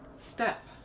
step